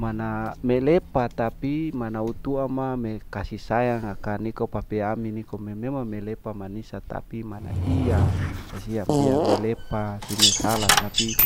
Mana melepa tapi mana utua ma me kasi sayang aka niko papea ami nikome memang melepa manis tapi mana iya kasiang biar melepa seme salah tapi